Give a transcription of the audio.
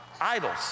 idols